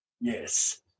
yes